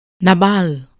Nabal